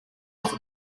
off